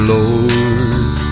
Lord